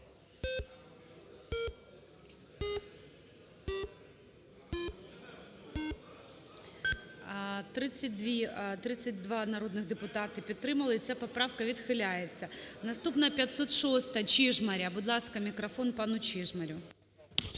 32 народних депутати підтримали, і ця поправка відхиляється. Наступна, 506-а –Чижмаря. Будь ласка, мікрофон пану Чижмарю.